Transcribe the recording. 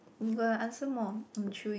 you got answer more in chewing